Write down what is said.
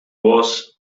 was